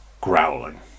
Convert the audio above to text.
growling